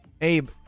Abe